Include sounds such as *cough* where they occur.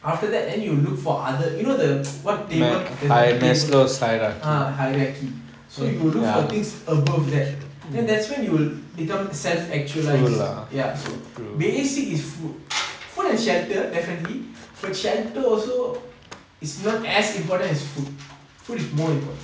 after that then you look for other you know the *noise* what table ah hierarchy so you look for things above that then that's when you will become self actualised ya so basic it's food food and shelter definitely but shelter also it's not as important as food food is more important